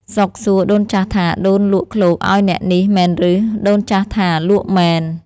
សុខសួរដូនចាស់ថា “ដូនលក់ឃ្លោកឱ្យអ្នកនេះមែនឬ?” ដូនចាស់ថា “លក់មែន”។